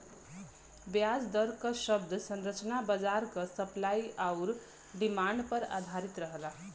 ब्याज दर क शब्द संरचना बाजार क सप्लाई आउर डिमांड पर आधारित रहला